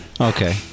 Okay